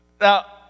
Now